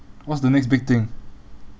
what's the next big thing